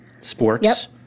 sports